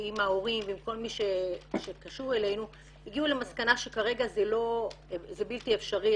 עם ההורים וכל מי שקשור אלינו הגיעו למסקנה שכרגע זה בלתי אפשרי.